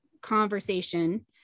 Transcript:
conversation